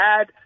add